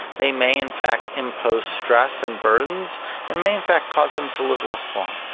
they may in fact impose stress and burdens and may in fact cause them to live less along.